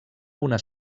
una